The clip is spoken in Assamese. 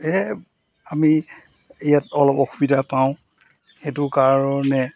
সেয়ে আমি ইয়াত অলপ অসুবিধা পাওঁ সেইটো কাৰণে